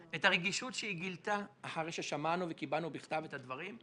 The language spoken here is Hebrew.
את הרגישות שהיא גילתה אחרי ששמענו וקיבלנו בכתב את הדברים,